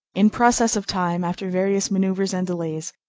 in process of time, after various maneuvers and delays,